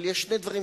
אבל זו פרשה אחרת.